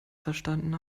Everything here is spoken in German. verstanden